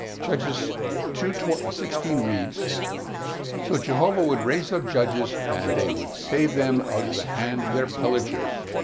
judges two two sixteen reads so jehovah would raise up judges, and they would save them out of the hand of their pillagers.